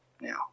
now